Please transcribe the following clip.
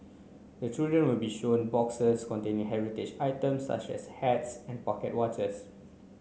the children will be shown boxes containing heritage items such as hats and pocket watches